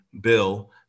bill